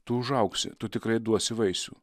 tu užaugsi tu tikrai duosi vaisių